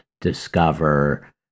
discover